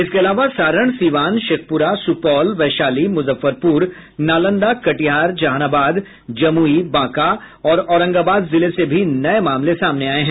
इसके अलावा सारण सीवान शेखपुरा सुपौल वैशाली मूजफ्फरपूर नालंदा कटिहार जहानाबाद जमुई बांका और औरंगाबाद जिले से भी नये मामले सामने आये हैं